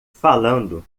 falando